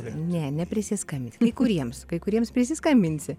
ne neprisiskambinsi kai kuriems kai kuriems prisiskambinsi